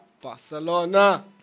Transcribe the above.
Barcelona